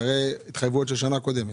זה הרי התחייבויות של שנה קודמת.